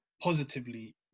positively